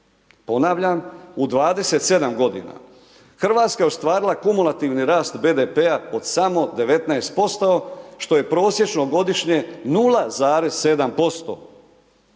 Ponavljam u 27 g. Hrvatska je ostvarila kumulativni rast BDP-a od samo 19% što je prosječno godišnje 0,7%.